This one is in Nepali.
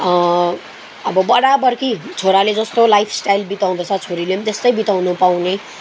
अब बराबरको छोराले जस्तो लाइफ स्टाइल बिताउँदैछ छोरीले पनि त्यस्तै बिताउनु पाउने